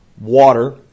water